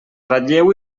ratlleu